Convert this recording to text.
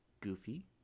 Goofy